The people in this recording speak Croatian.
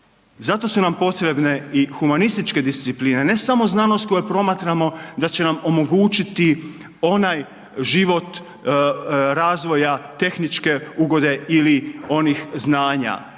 Zato su nam potrebne i humanističke discipline, ne samo znanost koja promatramo da će nam omogućiti onaj život razvoja tehničke ugode ili onih znanja,